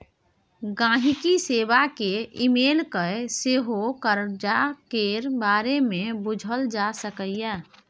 गांहिकी सेबा केँ इमेल कए सेहो करजा केर बारे मे बुझल जा सकैए